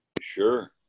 Sure